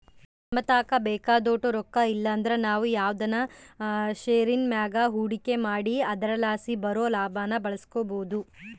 ನಮತಾಕ ಬೇಕಾದೋಟು ರೊಕ್ಕ ಇಲ್ಲಂದ್ರ ನಾವು ಯಾವ್ದನ ಷೇರಿನ್ ಮ್ಯಾಗ ಹೂಡಿಕೆ ಮಾಡಿ ಅದರಲಾಸಿ ಬರೋ ಲಾಭಾನ ಬಳಸ್ಬೋದು